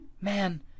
Man